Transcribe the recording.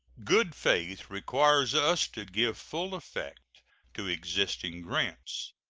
good faith requires us to give full effect to existing grants.